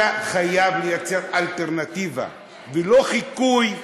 אתה חייב ליצור אלטרנטיבה, ולא חיקוי,